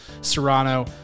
Serrano